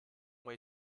way